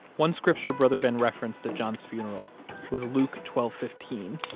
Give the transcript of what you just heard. one scripture brother ben referenced at john's funeral was luke twelve fifteen.